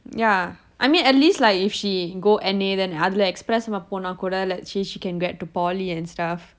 ya I mean at least like if she go N_A then அதுலேர்ந்து:athulernthu express போனா கூட:ponaa kooda she can get to poly and stuff